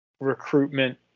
recruitment